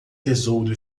tesouro